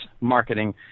marketing